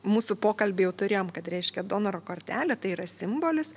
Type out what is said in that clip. mūsų pokalbį jau turėjom kad reiškia donoro kortelė tai yra simbolis